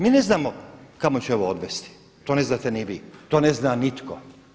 Mi ne znamo kamo će ovo odvesti, to ne znate ni vi, to ne zna nitko.